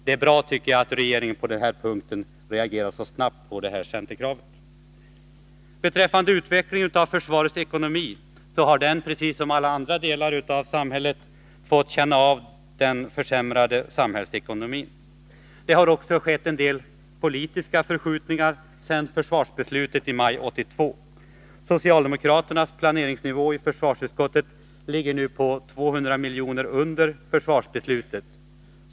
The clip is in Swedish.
Det är bra att regeringen på denna punkt reagerade så snabbt på detta centerkrav. Beträffande utvecklingen av försvarets ekonomi har den, precis som alla andra delar av samhället, fått känna av den försämrade samhällsekonomin. Det har också skett en del politiska förskjutningar sedan försvarsbeslutet i maj 1982. Socialdemokraternas planeringsnivå i försvarsutskottet ligger nu 200 miljoner under försvarsbeslutet.